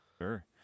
Sure